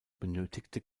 benötigte